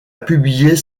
publier